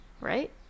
Right